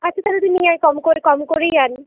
আচ্ছা তাহলে তুই নিয়ে আয় কম করে কম করেই আন